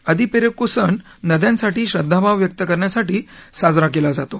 आदि पेरुक्कू सण नद्यांसाठी श्रद्धाभाव व्यक्त करण्यासाठी साजरा केला जातो